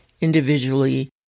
individually